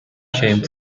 came